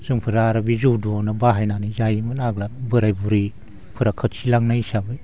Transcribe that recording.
जोंफोर आरो बे जौदुआवनो बाहायनानै जायोमोन आगोल बोराइ बुरिफोरा खिनथिलांनाय हिसाबै